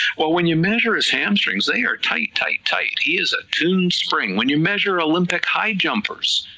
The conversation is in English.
well when you measure his hamstrings, they are tight, tight, tight, he is a tuned spring, when you measure olympic high jumpers,